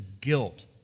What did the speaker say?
guilt